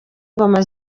ingoma